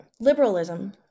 liberalism